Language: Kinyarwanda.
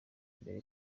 imbere